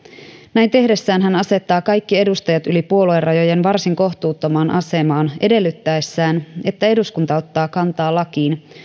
näin tehdessään hän asettaa kaikki edustajat yli puoluerajojen varsin kohtuuttomaan asemaan edellyttäessään että eduskunta ottaa kantaa lakiin